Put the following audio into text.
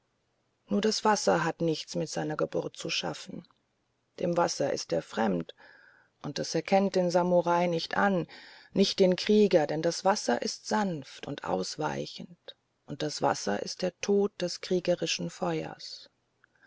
nur das wasser hat nichts mit seiner geburt zu schaffen dem wasser ist er fremd und es erkennt den samurai nicht an nicht den krieger denn das wasser ist sanft und ausweichend und das wasser ist der tod des kriegerischen feuers